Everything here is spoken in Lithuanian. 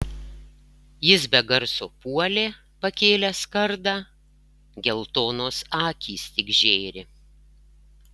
jis be garso puolė pakėlęs kardą geltonos akys tik žėri